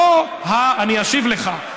אני אשיב לך.